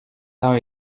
t’as